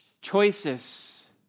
choices